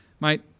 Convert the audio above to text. mate